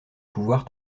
pouvoir